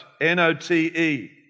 N-O-T-E